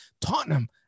Tottenham